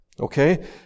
okay